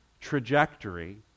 trajectory